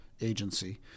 agency